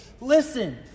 Listen